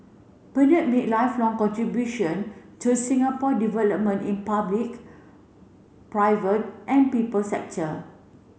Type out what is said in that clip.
Bernard made lifelong contribution to Singapore development in public private and people sector